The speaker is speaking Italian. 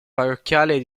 parrocchiale